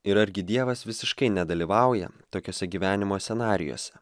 ir argi dievas visiškai nedalyvauja tokiose gyvenimo scenarijuose